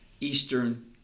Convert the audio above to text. Eastern